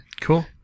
Cool